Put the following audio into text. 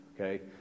Okay